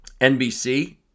NBC